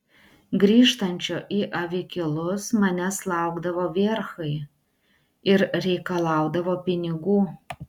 grįžtančio į avikilus manęs laukdavo verchai ir reikalaudavo pinigų